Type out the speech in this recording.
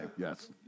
Yes